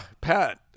Pat